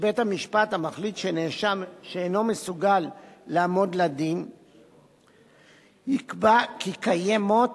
שבית-המשפט המחליט שנאשם אינו מסוגל לעמוד לדין יקבע כי קיימות